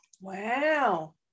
Wow